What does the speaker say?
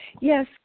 Yes